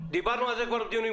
בניגוד